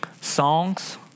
songs